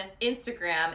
Instagram